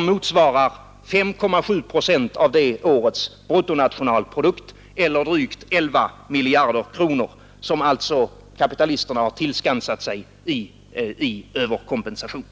motsvarande 5,7 procent av det årets bruttonationalprodukt eller drygt 11 miljarder kronor, som alltså kapitalisterna har tillskansat sig i överkompensation.